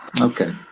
okay